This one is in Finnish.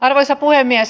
arvoisa puhemies